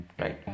right